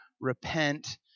repent